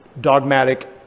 dogmatic